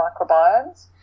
microbiomes